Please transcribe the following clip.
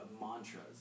mantras